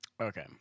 Okay